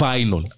Final